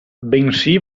bensì